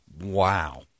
Wow